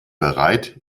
bereit